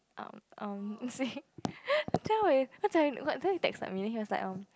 um um Jia-Wei what Jia-wei texted me then he was like um